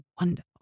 wonderful